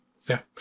Fair